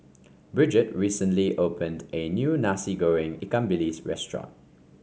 Bridget recently opened a new Nasi Goreng Ikan Bilis restaurant